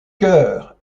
chœur